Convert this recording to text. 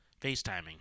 FaceTiming